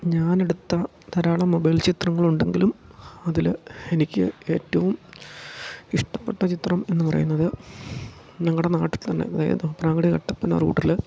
ഞാൻ എടുത്ത ധാരാളം മൊബൈൽ ചിത്രങ്ങൾ ഉണ്ടെങ്കിലും അതിൽ എനിക്ക് ഏറ്റവും ഇഷ്ടപ്പെട്ട ചിത്രം എന്നു പറയുന്നത് ഞങ്ങളുടെ നാട്ടിൽ തന്നെ അതായത് തോപ്രാങ്കുടി കട്ടപ്പന റൂട്ടിൽ